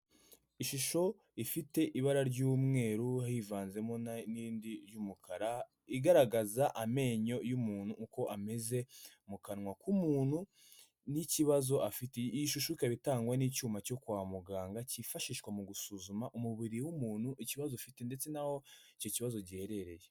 Ishusho ifite ibara ry'umweru hivanzemo n'indi y'umukara igaragaza amenyo y'umuntu uko ameze mu kanwa k'umuntu n'ikibazo afite iyi shusho ikaba itangwa n'icyuma cyo kwa muganga cyifashishwa mu gusuzuma umubiri w'umuntu ikibazo ufite ndetse n'aho icyo kibazo giherereye.